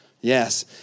Yes